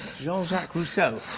jean-jacques rousseau.